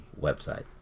website